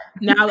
now